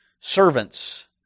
servants